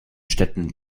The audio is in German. städten